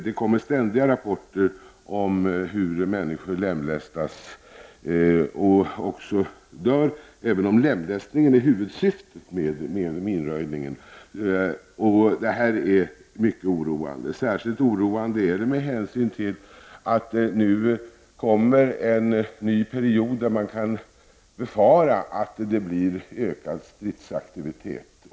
Det kommer ständiga rapporter om hur människor lemlästas och också dör, även om lemlästningen är huvudsyftet med minröjningen. Detta är mycket oroande särskilt med hänsyn till att man kan befara att det nu kommer en period med ökad stridsaktivitet.